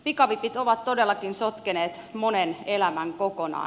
pikavipit ovat todellakin sotkeneet monen elämän kokonaan